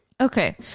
Okay